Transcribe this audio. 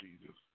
Jesus